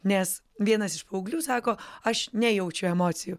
nes vienas iš paauglių sako aš nejaučiu emocijų